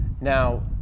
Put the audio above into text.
Now